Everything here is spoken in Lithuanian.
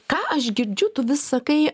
ką aš girdžiu tu vis sakai